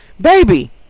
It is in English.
baby